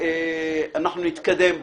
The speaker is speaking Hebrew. ונתקדם בו.